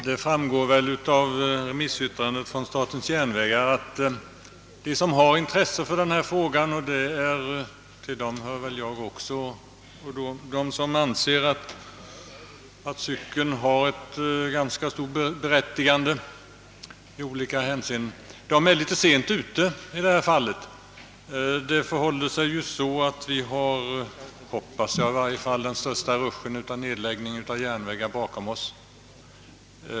Herr talman! Det finns många som är intresserade av denna fråga och anser att cyklisternas berättigade intressen bör tillvaratas, och till dem hör jag. Av remissyttrandet från statens järnvägar framgår emellertid att motionärerna är litet sent ute. Vi kan nu hoppas att den stora rushen i fråga om järnvägsnedläggningar ligger bakom oss.